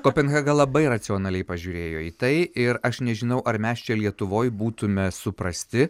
kopenhaga labai racionaliai pažiūrėjo į tai ir aš nežinau ar mes čia lietuvoj būtume suprasti